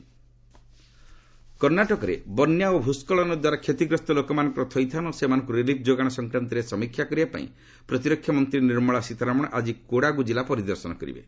ସୀତାରମଣ କର୍ଣ୍ଣାଟକରେ ବନ୍ୟା ଓ ଭୂସ୍କଳନ ଦ୍ୱାରା କ୍ଷତିଗ୍ରସ୍ତ ଲୋକମାନଙ୍କର ଥଇଥାନ୍ ଓ ସେମାନଙ୍କୁ ରିଲିଫ୍ ଯୋଗାଣ ସଂକ୍ରାନ୍ତରେ ସମୀକ୍ଷା କରିବା ପାଇଁ ପ୍ରତିରକ୍ଷା ମନ୍ତ୍ରୀ ନିର୍ମଳା ସୀତାରମଣ ଆଜି କୋଡ଼ାଗୁ ଜିଲ୍ଲା ପରିଦର୍ଶନ କରିବେ